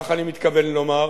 כך אני מתכוון לומר.